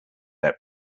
their